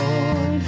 Lord